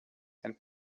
and